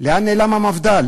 לאן נעלם המפד"ל?